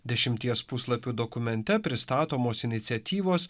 dešimties puslapių dokumente pristatomos iniciatyvos